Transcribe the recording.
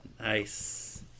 Nice